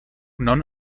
non